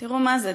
תראו מה זה,